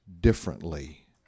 differently